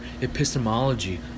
epistemology